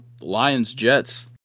Lions-Jets